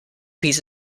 piece